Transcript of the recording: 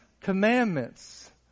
commandments